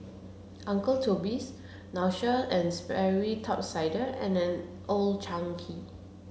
Uncle Toby's Nautica and Sperry Top Sider and Old Chang Kee